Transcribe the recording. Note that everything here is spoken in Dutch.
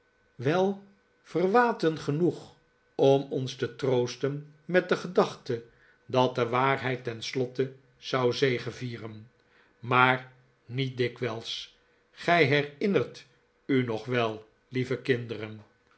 wel verwaten genoeg om ons te troosten met de gedachte dat de waarheid tenslotte zou zegevieren maar niet dikwijls gij herinnert u nog wel lieve kinderen